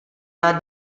are